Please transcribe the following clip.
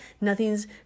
nothing's